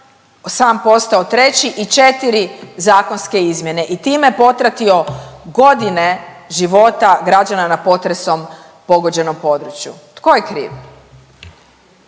sam postao treći i četiri zakonske izmjene i time potratio godine života građana na potresom pogođenom području. Tko je kriv?